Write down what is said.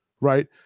Right